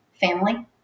family